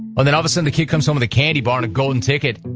and then all of a sudden the kid comes home with a candy bar and a golden ticket,